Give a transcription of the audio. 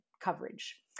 coverage